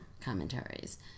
commentaries